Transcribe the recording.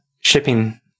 shipping